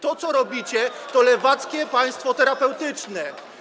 To co robicie, to lewackie państwo terapeutyczne.